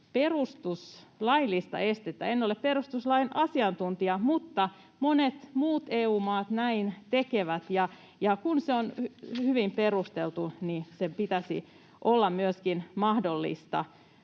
perustuslaillista estettä. En ole perustuslain asiantuntija, mutta monet muut EU-maat näin tekevät, ja kun se on hyvin perusteltu, niin sen pitäisi olla myöskin mahdollista.